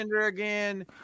again